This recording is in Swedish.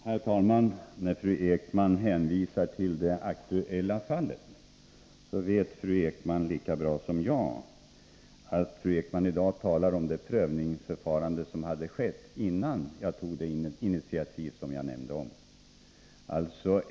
Herr talman! När fru Ekman i dag hänvisar till det aktuella fallet vet fru Ekman lika bra som jag att fru Ekman talar om det prövningsförfarande som hade skett innan jag tog det initiativ som jag nämnde i frågesvaret.